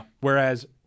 Whereas